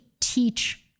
teach